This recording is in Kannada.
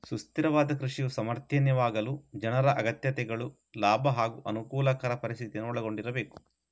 ಸುಸ್ಥಿರವಾದ ಕೃಷಿಯು ಸಮರ್ಥನೀಯವಾಗಲು ಜನರ ಅಗತ್ಯತೆಗಳು ಲಾಭ ಹಾಗೂ ಅನುಕೂಲಕರ ಪರಿಸ್ಥಿತಿಯನ್ನು ಒಳಗೊಂಡಿರಬೇಕು